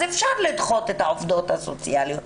אז אפשר לדחות את העובדות הסוציאליות.